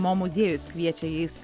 mo muziejus kviečia jais